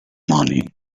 money